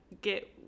get